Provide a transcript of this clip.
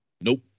Nope